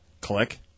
Click